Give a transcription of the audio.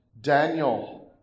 Daniel